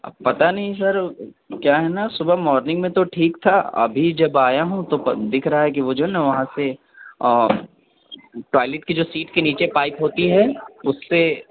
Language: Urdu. اب پتا نہیں سر کیا ہے نا صبح مورننگ میں تو ٹھیک تھا ابھی جب آیا ہوں تو پر دکھ رہا ہے وہ جو ہے نا وہاں سے اور ٹوائلیٹ کے سیٹ کے نیچے پائپ ہوتی ہے اس سے